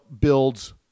builds